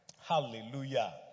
Hallelujah